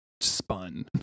spun